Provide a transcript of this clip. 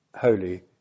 holy